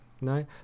no